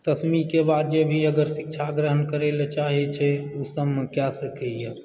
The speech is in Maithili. दशमी के बाद जे भी अगर शिक्षा ग्रहण करैलए चाहै छै ओ सबमे कए सकैया